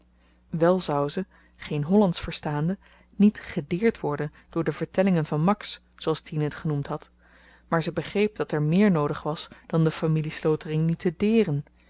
wel zou ze geen hollandsch verstaande niet gedeerd worden door de vertellingen van max zooals tine t genoemd had maar zy begreep dat er meer noodig was dan de familie slotering niet te deren